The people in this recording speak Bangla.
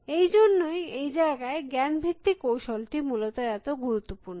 এই জন্যই এই জায়গায় জ্ঞান ভিত্তিক কৌশলটি মূলত এত গুরুত্বপূর্ণ